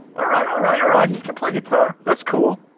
alright alright alright, he can play guitar, that's cool